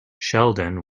sheldon